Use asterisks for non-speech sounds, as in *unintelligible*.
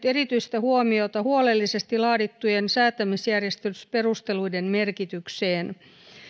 *unintelligible* erityistä huomiota huolellisesti laadittujen säätämisjärjestysperusteluiden merkitykseen